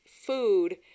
food